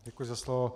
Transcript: Děkuji za slovo.